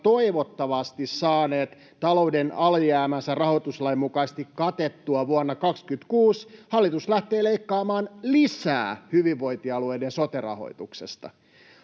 toivottavasti saaneet talouden alijäämänsä rahoituslain mukaisesti katettua vuonna 26, hallitus lähtee leikkaamaan lisää hyvinvointialueiden sote-rahoituksesta.